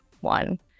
one